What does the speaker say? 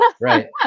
Right